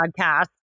Podcast